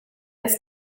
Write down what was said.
ist